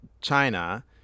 china